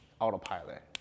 Autopilot